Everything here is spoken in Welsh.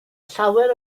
llawer